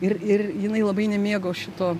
ir ir jinai labai nemėgo šito